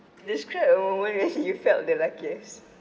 describe a moment when you felt the luckiest